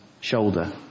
shoulder